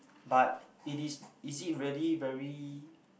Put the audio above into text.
but it is is it really very